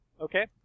Okay